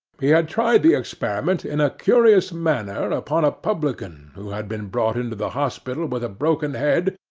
he had tried the experiment in a curious manner upon a publican who had been brought into the hospital with a broken head,